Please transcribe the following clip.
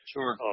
Sure